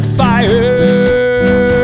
fire